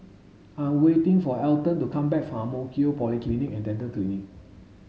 I'm waiting for Elton to come back from Ang Mo Kio Polyclinic and Dental Clinic